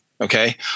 okay